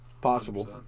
possible